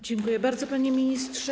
Dziękuję bardzo, panie ministrze.